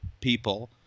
people